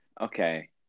okay